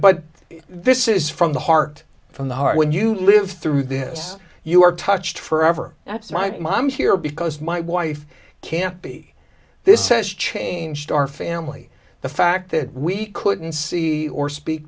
but this is from the heart from the heart when you live through this you are touched forever that's my mom here because my wife can't be this says changed our family the fact that we couldn't see or speak